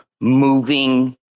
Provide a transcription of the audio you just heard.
moving